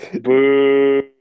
boo